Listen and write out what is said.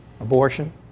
abortion